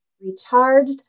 recharged